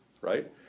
Right